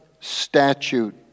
statute